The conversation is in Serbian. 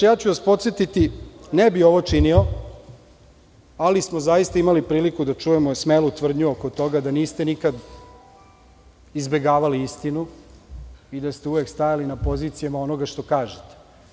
Podsetiću vas, ne bih ovo činio, ali smo imali priliku da čujemo smelu tvrdnju oko toga da niste nikad izbegavali istinu i da ste uvek stajali na pozicijama onoga što kažete.